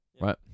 Right